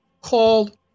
called